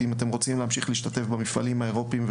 אם אתם רוצים להמשיך להשתתף במפעלים האירופיים,